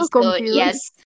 Yes